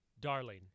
darling